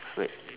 wait